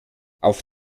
auf